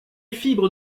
fibres